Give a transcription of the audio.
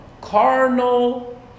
carnal